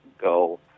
go